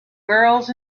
girls